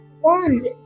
one